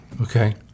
okay